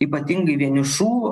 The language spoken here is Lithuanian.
ypatingai vienišų